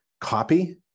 copy